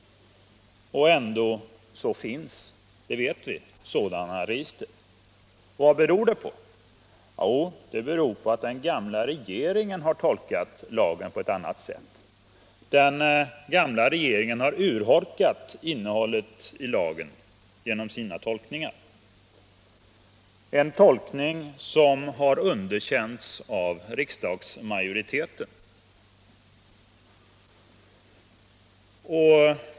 Ändå finns — det vet vi — sådana register. Vad beror detta på? Jo, det beror på att den gamla regeringen har tolkat lagen på ett annat sätt. Den gamla regeringen har urholkat innehållet i lagen genom sina tolkningar, och dessa tolkningar har underkänts av riksdagsmajoriteten.